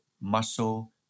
muscle